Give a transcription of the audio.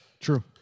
True